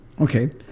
Okay